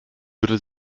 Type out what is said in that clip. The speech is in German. würde